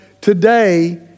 today